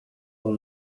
all